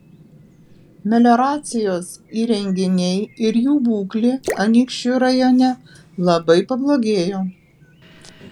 melioracijos įrenginiai ir jų būklė anykščių rajone labai pablogėjo